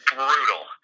brutal